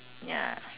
ya